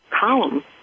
column